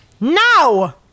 Now